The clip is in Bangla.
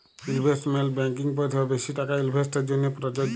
ইলভেস্টমেল্ট ব্যাংকিং পরিসেবা বেশি টাকা ইলভেস্টের জ্যনহে পরযজ্য